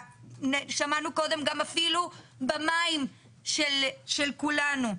שמענו קודם אפילו במים של כולנו.